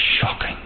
shocking